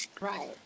Right